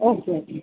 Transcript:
okay okay